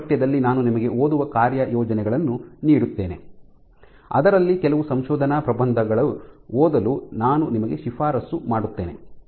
ಈ ಪಠ್ಯದಲ್ಲಿ ನಾನು ನಿಮಗೆ ಓದುವ ಕಾರ್ಯಯೋಜನೆಗಳನ್ನು ನೀಡುತ್ತೇನೆ ಅದರಲ್ಲಿ ಕೆಲವು ಸಂಶೋಧನಾ ಪ್ರಬಂಧಗಳನ್ನು ಓದಲು ನಾನು ನಿಮಗೆ ಶಿಫಾರಸು ಮಾಡುತ್ತೇನೆ